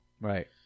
Right